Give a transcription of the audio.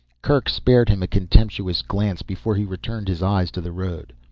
kerk spared him a contemptuous glance before he returned his eyes to the road.